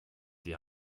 die